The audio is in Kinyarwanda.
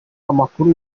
amakuru